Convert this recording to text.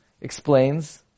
explains